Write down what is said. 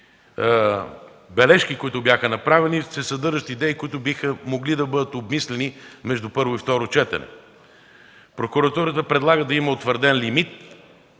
бележки, които бяха направени, се съдържат идеи, които биха могли да бъдат обмислени между първо и второ четене. Прокуратурата предлага да има утвърден лимит